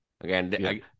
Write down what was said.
Again